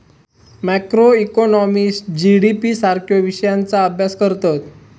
macroeconomist GDP सारख्यो विषयांचा अभ्यास करतत